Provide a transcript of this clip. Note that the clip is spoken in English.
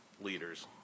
leaders